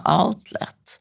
outlet